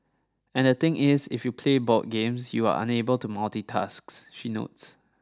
and the thing is if you play board games you are unable to multitasks she notes